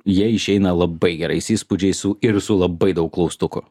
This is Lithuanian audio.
jie išeina labai gerais įspūdžiais su ir su labai daug klaustukų